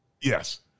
Yes